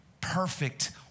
perfect